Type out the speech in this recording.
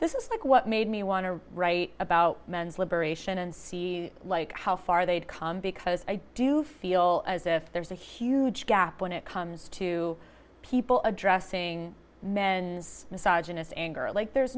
this is like what made me want to write about men's liberation and see like how far they'd come because i do feel as if there's a huge gap when it comes to people addressing men massaging this anger like there's